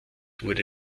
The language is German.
wurde